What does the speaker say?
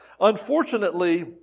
Unfortunately